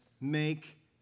make